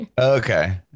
Okay